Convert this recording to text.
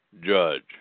judge